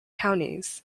counties